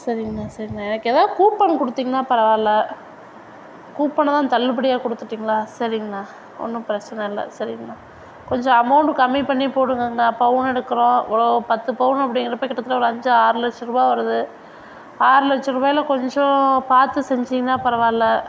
சரிங்ணா சரிணா எனக்கு ஏதாவது கூப்பன் கொடுத்தீங்கனா பரவாயில்ல கூப்பனைதா தள்ளுபடியாக கொடுத்துட்டிங்களா சரிங்ணா ஒன்றும் பிரச்சின இல்லை சரிங்ணா கொஞ்சம் அமௌண்ட் கம்மி பண்ணிப் போடுங்கங்க பவுன் எடுக்கிறோம் இவ்வளோ பத்து பவுன் அப்படிங்கிறப்ப கிட்டத்தட்ட அஞ்சு ஆறு லட்சம் ரூபாய் வருது ஆறு லட்ச ரூபாயில் கொஞ்சம் பார்த்து செஞ்சிங்கனா பரவாயில்ல